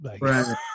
right